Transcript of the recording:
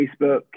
facebook